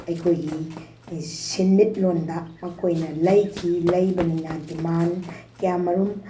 ꯑꯩꯈꯣꯏꯒꯤ ꯁꯦꯟꯃꯤꯠꯂꯣꯟꯗ ꯃꯈꯣꯏꯅ ꯂꯩꯈꯤ ꯂꯩꯕꯅꯤꯅ ꯗꯤꯃꯥꯟ ꯀꯌꯥ ꯑꯃꯔꯣꯝ